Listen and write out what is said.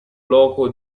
loco